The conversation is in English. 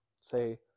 say